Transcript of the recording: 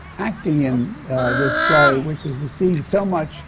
acting in this play, which has received so much